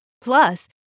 Plus